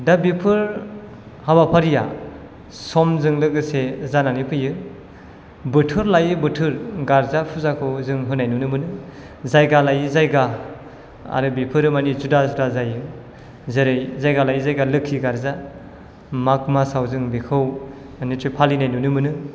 दा बेफोर हाबाफारिया समजों लोगोसे जानानै फैयो बोथोर लायै बोथोर गार्जा फुजाखौ जों होनाय नुनो मोनो जायगा लायै जायगा आरो बेफोरो माने जुदा जुदा जायो जेरै जायगा लायै जायगा लोखि गार्जा माग मासआव जों बेखौ निसय फालिनाय नुनो मोनो